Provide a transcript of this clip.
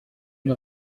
une